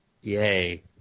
Yay